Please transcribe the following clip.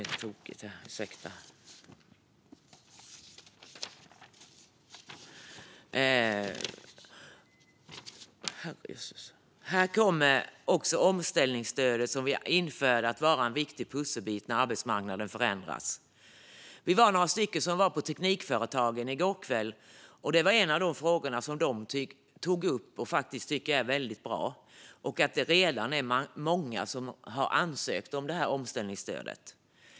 Det omställningsstöd som vi införde kommer att vara en viktig pusselbit när arbetsmarknaden förändras. Vi var några stycken på Teknikföretagen i går kväll, och det var en av de frågor som de tog upp och tycker är bra. Många har redan ansökt om omställningsstöd.